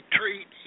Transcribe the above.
treat